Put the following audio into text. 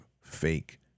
fake